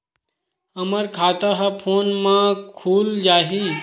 हमर खाता ह फोन मा खुल जाही?